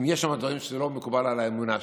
אם יש שם דברים שלא מקובלים באמונה שלי.